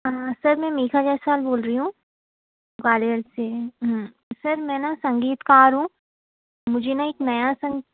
हाँ सर मैं मीसा जैसवाल बोल रही हूँ ग्वालियर से सर मैं न संगीतकार हूँ मुझे न एक संग